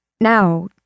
Now